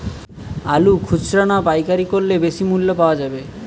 আলু খুচরা না পাইকারি করলে বেশি মূল্য পাওয়া যাবে?